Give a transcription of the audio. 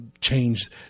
change